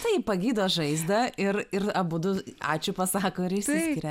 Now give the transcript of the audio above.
tai pagydo žaizdą ir ir abudu ačiū pasako ir išsiskiria